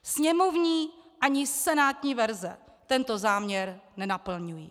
Sněmovní ani senátní verze tento záměr nenaplňují.